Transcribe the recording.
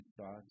thoughts